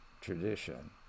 tradition